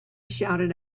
shouted